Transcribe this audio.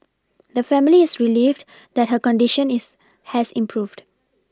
the family is relieved that her condition is has improved